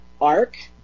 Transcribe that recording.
arc